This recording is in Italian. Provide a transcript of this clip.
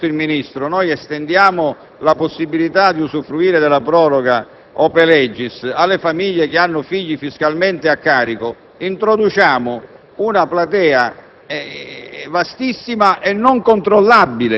1.42: laddove, così come poco fa ha detto il Ministro, estendiamo la possibilità di usufruire della proroga *ope legis* alle famiglie che hanno figli fiscalmente a carico, introduciamo una platea